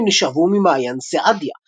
המים נשאבו ממעיין סעדיה,